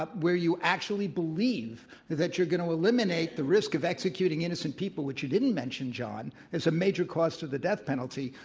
ah where you actually believe that that you're going to eliminate the risk of executing innocent people, which you didn't mention, john, is a major cost of the death penalty,